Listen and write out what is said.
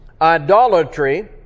idolatry